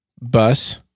bus